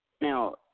Now